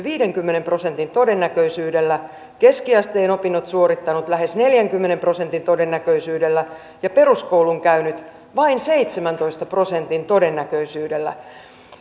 viidenkymmenen prosentin todennäköisyydellä keskiasteen opiskelun suorittanut lähes neljänkymmenen prosentin todennäköisyydellä ja peruskoulun käynyt vain seitsemäntoista prosentin todennäköisyydellä